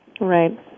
Right